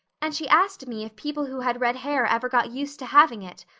and she asked me if people who had red hair ever got used to having it.